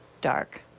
dark